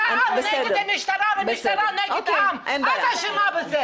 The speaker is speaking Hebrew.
שהעם נגד המשטרה והמשטרה נגד העם, את אשמה בזה.